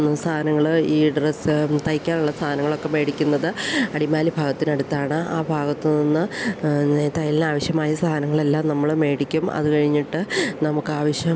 സാധനങ്ങൾ ഈ ഡ്രസ്സ് തയ്ക്കാനുള്ള സാധനങ്ങൾ ഒക്കെ മേടിക്കുന്നത് അടിമാലി ഭാഗത്തിനടുത്താണ് ആ ഭാഗത്തൂന്ന് തയ്യലിന് ആവശ്യമായ സാധനങ്ങൾ എല്ലാം നമ്മൾ മേടിക്കും അത് കഴിഞ്ഞിട്ട് നമുക്ക് ആവശ്യം